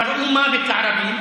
קראו: מוות לערבים,